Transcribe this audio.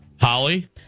Holly